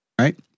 Right